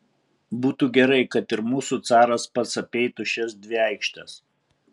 būtų gerai kad ir mūsų caras pats apeitų šias dvi aikštes